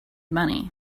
money